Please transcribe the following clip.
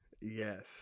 Yes